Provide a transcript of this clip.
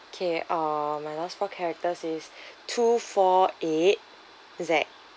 okay uh my last four characters is two four eight Z